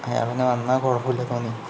അയാള് തന്നെ വന്നാൽ കുഴപ്പമില്ലെന്ന് തോന്നി